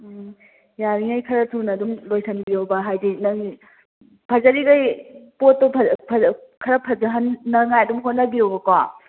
ꯎꯝ ꯌꯥꯔꯤꯉꯩ ꯈꯔ ꯊꯨꯅ ꯑꯗꯨꯝ ꯂꯣꯏꯁꯟꯕꯤꯌꯣꯕ ꯍꯥꯏꯗꯤ ꯅꯪ ꯐꯖꯔꯤꯉꯩ ꯄꯣꯠꯇꯨ ꯐꯖ ꯈꯔ ꯐꯖ ꯍꯟꯅꯉꯥꯏ ꯑꯗꯨꯝ ꯍꯣꯠꯅꯕꯤꯌꯣꯕꯀꯣ